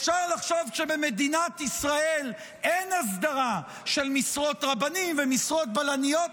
אפשר לחשוב שבמדינת ישראל אין הסדרה של משרות רבנים ומשרות בלניות.